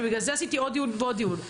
ובגלל זה עשיתי עוד דיון ועוד דיון,